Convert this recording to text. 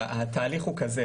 התהליך הוא כזה,